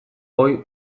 ohi